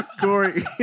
Corey